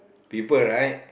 people right